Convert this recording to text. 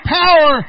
power